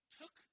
took